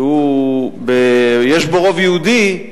שיש בו רוב יהודי,